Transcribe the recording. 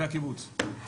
זה הקיבוץ.